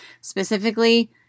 Specifically